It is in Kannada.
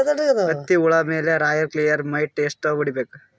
ಹತ್ತಿ ಹುಳ ಮೇಲೆ ರಾಯಲ್ ಕ್ಲಿಯರ್ ಮೈಟ್ ಎಷ್ಟ ಹೊಡಿಬೇಕು?